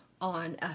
on